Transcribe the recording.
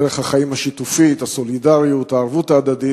דרך החיים השיתופית, הסולידריות, הערבות ההדדית,